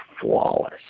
flawless